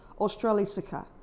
australisica